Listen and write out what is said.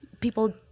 People